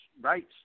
rights